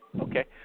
Okay